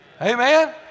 Amen